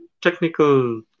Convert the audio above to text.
technical